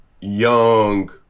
Young